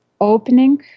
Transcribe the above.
opening